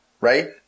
Right